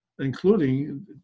including